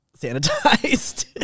sanitized